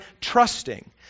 trusting